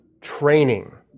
training